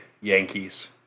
Yankees